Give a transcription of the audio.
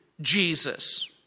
Jesus